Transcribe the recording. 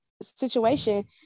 situation